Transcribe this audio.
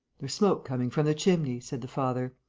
there's smoke coming from the chimney, said the father.